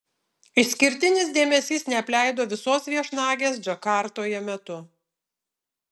išskirtinis dėmesys neapleido visos viešnagės džakartoje metu